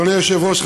אדוני היושב-ראש,